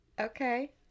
Okay